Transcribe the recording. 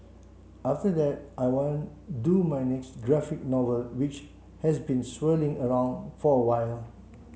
after that I want do my next graphic novel which has been swirling around for a while